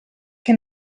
che